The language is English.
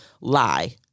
lie